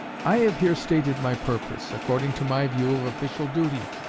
i have here stated my purpose, according to my view of official duty,